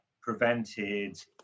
prevented